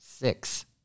six